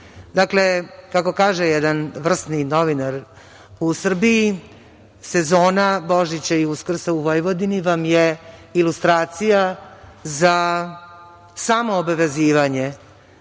da imaš. Kako kaže jedan vrsni novinar – u Srbiji sezona Božića i Uskrsa u Vojvodini vam je ilustracija za samoobavezivanje